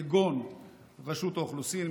כגון רשות האוכלוסין,